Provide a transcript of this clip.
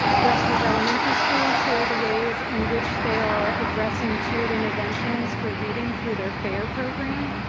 west ridge elementary school shared the ways in which they are addressing tiered interventions for reading through their fair program.